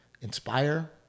inspire